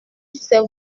c’est